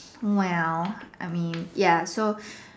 well I mean ya so